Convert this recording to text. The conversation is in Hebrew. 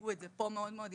שהציגו את זה פה מאוד יפה,